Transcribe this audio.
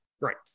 right